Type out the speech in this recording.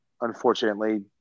unfortunately